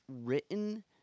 written